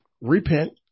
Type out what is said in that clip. repent